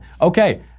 Okay